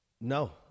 No